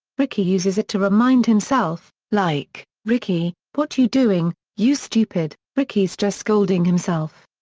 rickey uses it to remind himself, like, rickey, what you doing, you stupid. rickey's just scolding himself.